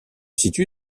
situe